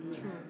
True